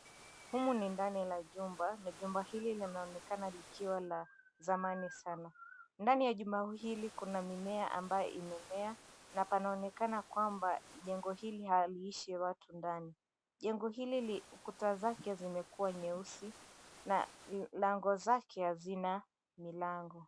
Humu ni ndani la jumba, na jumba hili linaonekana likiwa la zamani sana. Ndani ya jumba hili kuna mimea ambayo imemea, na panaonekana kwamba jengo hili haliishi watu ndani. Jengo hili kuta zake zimekuwa nyeusi na lango zake hazina milango.